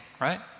right